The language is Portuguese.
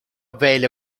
velha